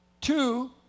Two